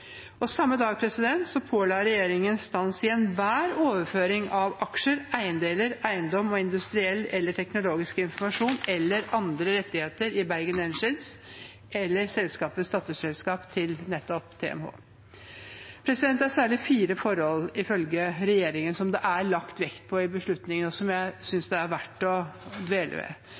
Samme dag påla regjeringen stans i enhver overføring av aksjer, eiendeler, eiendom og industriell eller teknologisk informasjon eller andre rettigheter i Bergen Engines eller selskapets datterselskap til nettopp TMH. Det er særlig fire forhold som det ifølge regjeringen er lagt vekt på i beslutningen, og som jeg synes det er verdt å dvele ved.